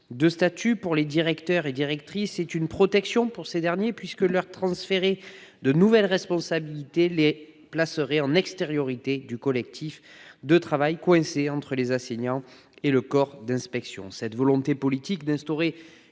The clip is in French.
de statut pour les directeurs et directrices est une protection. Leur transférer de nouvelles responsabilités les placerait en extériorité du collectif de travail, coincés entre les enseignants et le corps d'inspection. Cette volonté politique d'instaurer